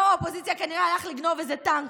ראש האופוזיציה כנראה הלך לגנוב איזה טנק,